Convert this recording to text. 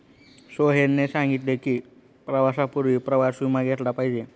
सोहेलने सांगितले की, प्रवासापूर्वी प्रवास विमा घेतला पाहिजे